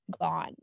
gone